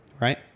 Right